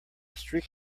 streak